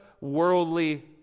worldly